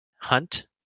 hunt